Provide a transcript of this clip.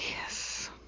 Yes